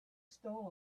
stole